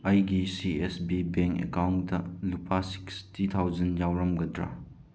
ꯑꯩꯒꯤ ꯁꯤ S B bank account ꯂꯨꯄꯥ ꯁꯤꯛꯁꯇꯤ ꯊꯥꯎꯖꯟ ꯌꯥꯎꯔꯝꯒꯗ꯭ꯔꯥ